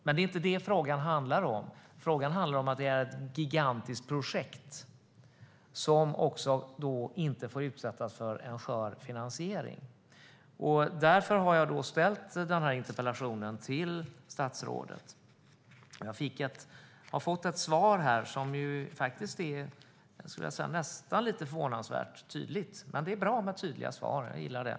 Men det är inte det frågan handlar om, utan det handlar om att det är ett gigantiskt projekt som inte får utsättas för en skör finansiering. Därför har jag ställt denna interpellation till statsrådet. Jag har fått ett svar här som nästan är förvånansvärt tydligt. Men det är bra med tydliga svar. Jag gillar det.